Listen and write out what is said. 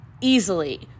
easily